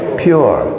pure